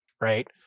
Right